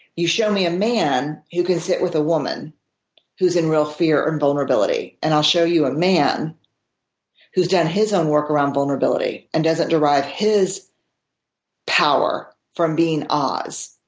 you show me a man who can sit with a woman who's in real fear and vulnerability and i'll show you a man who's done his own work around vulnerability and doesn't derive his power from being oz,